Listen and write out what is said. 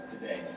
today